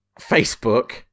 Facebook